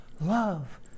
Love